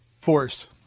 force